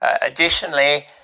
Additionally